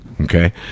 okay